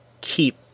keep